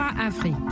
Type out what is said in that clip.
Afrique